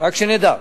רק שנדע.